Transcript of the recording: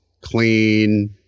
clean